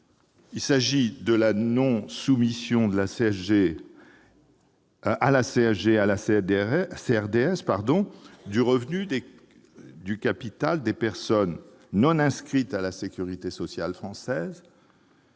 part, de la non-soumission à la CSG et à la CRDS des revenus du capital des personnes non inscrites à la sécurité sociale française